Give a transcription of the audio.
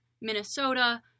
Minnesota